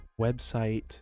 website